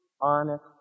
honest